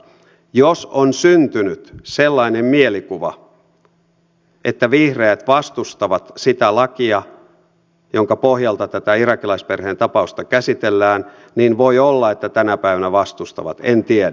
jos on syntynyt sellainen mielikuva että vihreät vastustavat sitä lakia jonka pohjalta tätä irakilaisperheen tapausta käsitellään niin voi olla että tänä päivänä vastustavat en tiedä